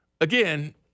again